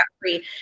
free